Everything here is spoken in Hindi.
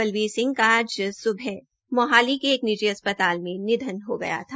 बलबीर सिंह का आज स्बह मोहाली के एक निजी अस्पताल में निधन हो गया था